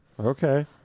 Okay